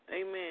amen